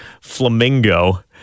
flamingo